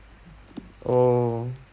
oh